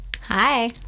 Hi